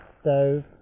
stove